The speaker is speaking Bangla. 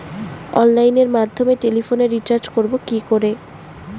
অনলাইনের মাধ্যমে টেলিফোনে রিচার্জ করব কি করে?